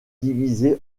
divisée